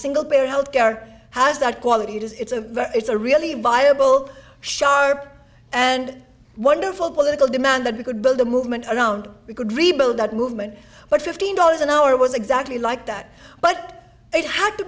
single payer health care has that quality it is it's a it's a really viable sharp and wonderful political demand that we could build a movement around we could rebuild that movement but fifteen dollars an hour was exactly like that but it had to